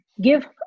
give